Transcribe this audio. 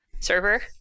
server